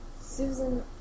Susan